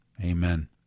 Amen